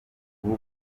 ubu